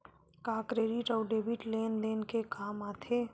का क्रेडिट अउ डेबिट लेन देन के काम आथे?